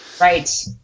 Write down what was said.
right